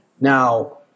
Now